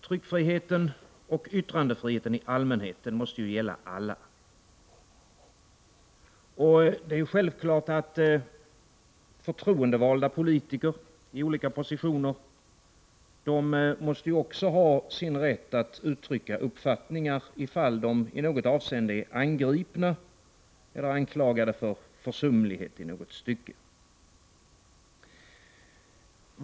Tryckfriheten och yttrandefriheten i allmänhet måste ju gälla alla, och det är självklart att förtroendevalda politiker i olika positioner också måste ha sin rätt att uttrycka uppfattningar ifall de i något avseende är angripna eller anklagade för försumlighet i något stycke.